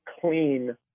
clean